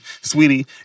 Sweetie